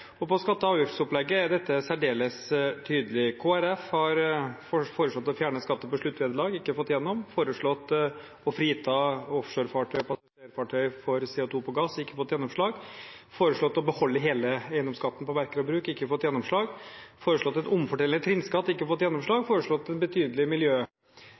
ligge. I skatte- og avgiftsopplegget er dette særdeles tydelig. Kristelig Folkeparti har foreslått å fjerne skatt på sluttvederlag og ikke fått det igjennom, foreslått å frita offshorefartøy og passasjerfartøy for CO2-avgift på gass og ikke fått gjennomslag, foreslått å beholde hele eiendomsskatten på verk og bruk og ikke fått gjennomslag, foreslått å omfordele trinnskatt og ikke fått gjennomslag, foreslått en betydelig